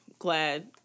Glad